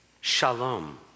shalom